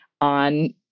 on